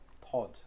pod